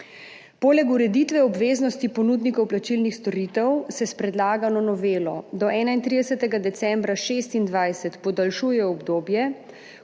Poleg ureditve obveznosti ponudnikov plačilnih storitev se s predlagano novelo do 31. decembra 2026 podaljšuje obdobje,